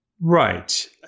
Right